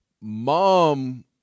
Mom